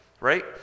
right